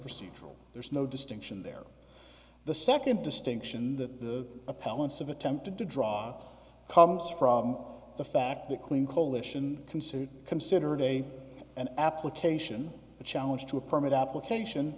procedural there's no distinction there the second distinction the appellant's of attempted to draw comes from the fact the clean coalition considered considered a an application a challenge to a permit application